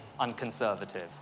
unconservative